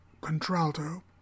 contralto